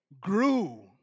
grew